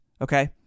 okay